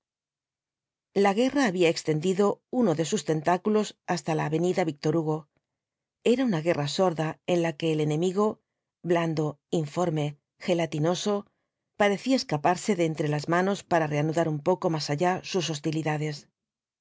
la guerra había extendido uno de sus tentáculos hasta la avenida víctor hugo era una guerra sorda en la que el enemigo blando informe gelatinoso parecía escaparse de entre las manos para reanudar un poco más allá sus hostilidades